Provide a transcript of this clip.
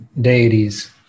deities